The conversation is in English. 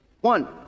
One